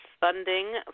funding